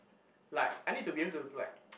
like I need to be able to like